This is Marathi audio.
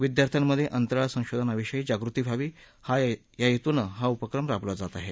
विद्यार्थ्यांमधे अंतराळ संशोधनाविषयी जागृती व्हवी या हेतूनं हा उपक्रम राबवला जात आहे